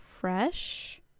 Fresh